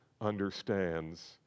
understands